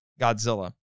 Godzilla